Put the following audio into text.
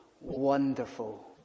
wonderful